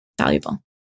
valuable